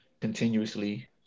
continuously